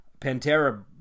Pantera